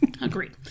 Agreed